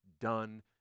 done